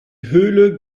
höhle